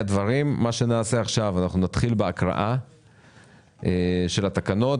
נתחיל עכשיו עם הקראת התקנות,